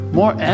more